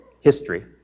history